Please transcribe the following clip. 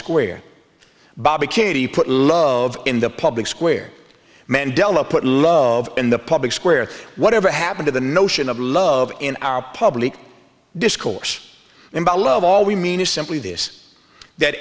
put love in the public square mandela put love in the public square whatever happened to the notion of love in our public discourse about love all we mean is simply this that